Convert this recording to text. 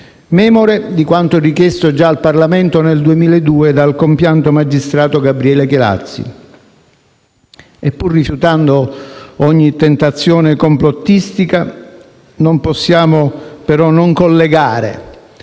memore di quanto richiesto già al Parlamento nel 2002 dal compianto magistrato Gabriele Chelazzi. Pur rifiutando ogni tentazione complottistica, non possiamo però non collegare